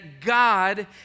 God